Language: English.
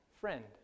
Friend